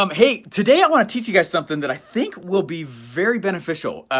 um hey, today i wanna teach you guys something that i think will be very beneficial.